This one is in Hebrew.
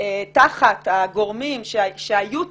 תחת הגורמים שהיו צריכים,